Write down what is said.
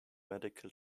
medical